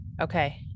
Okay